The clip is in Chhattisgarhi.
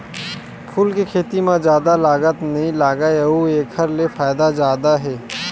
फूल के खेती म जादा लागत नइ लागय अउ एखर ले फायदा जादा हे